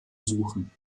suchen